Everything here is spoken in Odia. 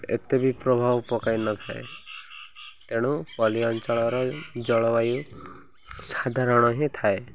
ଏତେ ବି ପ୍ରଭାବ ପକାଇନଥାଏ ତେଣୁ ପଲ୍ଲୀ ଅଞ୍ଚଳର ଜଳବାୟୁ ସାଧାରଣ ହିଁ ଥାଏ